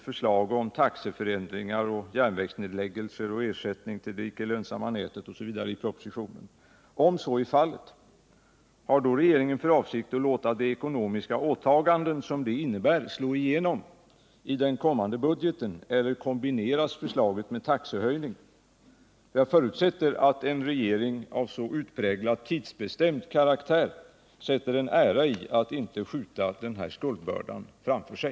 förslag om taxeförändringar och järnvägsnedläggelser, ersättning till det icke lönsamma nätet osv., i propositionen. Om så är fallet, har då regeringen för avsikt att låta de ekonomiska åtaganden, som det innebär, slå igenom i den kommande budgeten, eller kompletteras förslaget med en taxehöjning? Jag förutsätter att en regering av så utpräglad tidsbestämd karaktär sätter en ära i att inte skjuta den här skuldbördan framför sig.